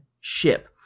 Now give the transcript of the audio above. ship